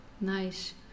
Nice